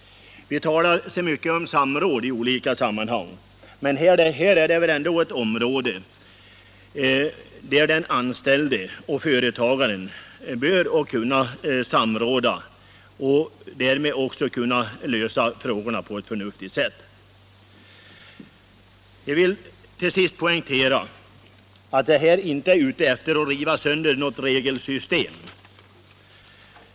Vi talar så mycket om samråd i olika sammanhang, och här är väl ändå ett område där den anställde och företagaren bör kunna samråda för att därmed lösa problemen på ett förnuftigt sätt. Till sist vill jag poängtera att jag inte är ute efter att riva sönder något regelsystem.